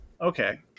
Okay